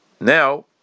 Now